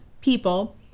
people